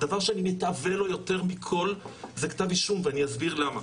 הדבר שאני מתאווה לו יותר מכל זה כתב אישום ואני אסביר למה.